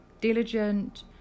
diligent